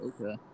Okay